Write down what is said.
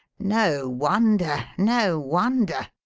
no wonder, no wonder!